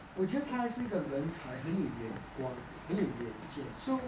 我觉得他还是一个人才很有眼光很有眼见 so